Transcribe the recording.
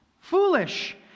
foolish